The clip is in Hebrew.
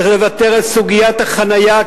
צריך לוותר על סוגיית החנייה,